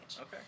Okay